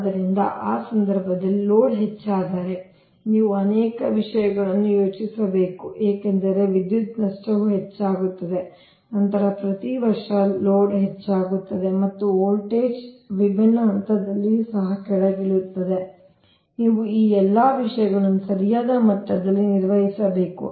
ಆದ್ದರಿಂದ ಆ ಸಂದರ್ಭದಲ್ಲಿ ಲೋಡ್ ಹೆಚ್ಚಾದರೆ ನೀವು ಅನೇಕ ವಿಷಯಗಳನ್ನು ಯೋಚಿಸಬೇಕು ಏಕೆಂದರೆ ವಿದ್ಯುತ್ ನಷ್ಟವು ಹೆಚ್ಚಾಗುತ್ತದೆ ನಂತರ ಪ್ರತಿ ವರ್ಷ ಲೋಡ್ ಹೆಚ್ಚಾಗುತ್ತದೆ ಅಂದರೆ ವೋಲ್ಟೇಜ್ ವಿಭಿನ್ನ ಹಂತದಲ್ಲಿಯೂ ಸಹ ಕೆಳಗಿಳಿಯುತ್ತದೆ ನೀವು ಈ ಎಲ್ಲಾ ವಿಷಯಗಳನ್ನು ಸರಿಯಾದ ಮಟ್ಟದಲ್ಲಿ ನಿರ್ವಹಿಸಬೇಕು